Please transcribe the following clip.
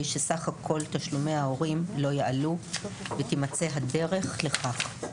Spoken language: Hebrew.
שסך כל תשלומי ההורים לא יעלו ותימצא הדרך לכך.